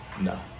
No